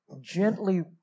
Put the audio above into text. gently